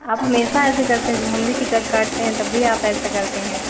आप हमेशा ऐसा करते हैं जब हम भी टिकट काटते हैं तब भी आप ऐसा करते हैं